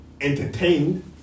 entertained